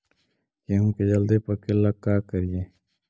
गेहूं के जल्दी पके ल का करियै?